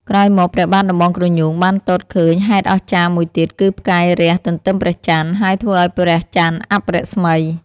ក្រោយមក ព្រះបាទដំបងក្រញូងបានទតឃើញហេតុអស្ចារ្យមួយទៀត គឺផ្កាយរះទន្ទឹមព្រះច័ន្ទ ហើយធ្វើឱ្យព្រះច័ន្ទអាប់រស្មី ។